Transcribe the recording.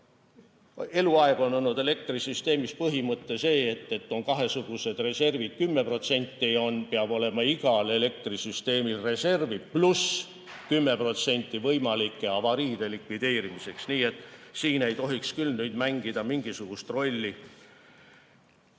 Eluaeg on olnud elektrisüsteemis põhimõte, et on kahesugused reservid: 10% ulatuses peab olema igal elektrisüsteemil reservi, pluss 10% võimalike avariide likvideerimiseks. Nii et siin ei tohiks küll mängida mingisugust rolli